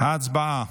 הצבעה.